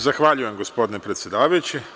Zahvaljujem gospodine predsedavajući.